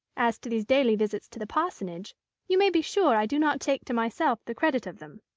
as to these daily visits to the parsonage you may be sure i do not take to myself the credit of them.